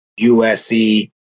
USC